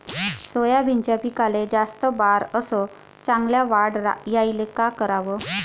सोयाबीनच्या पिकाले जास्त बार अस चांगल्या वाढ यायले का कराव?